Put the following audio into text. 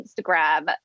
Instagram